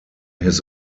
his